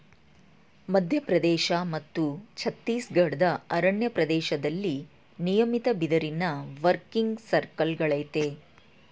ಮಧ್ಯಪ್ರದೇಶ ಮತ್ತು ಛತ್ತೀಸ್ಗಢದ ಅರಣ್ಯ ಪ್ರದೇಶ್ದಲ್ಲಿ ನಿಯಮಿತ ಬಿದಿರಿನ ವರ್ಕಿಂಗ್ ಸರ್ಕಲ್ಗಳಯ್ತೆ